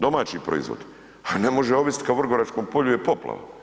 Domaći proizvod, a ne može ovisit kad u Vrgoračkom polju je poplava.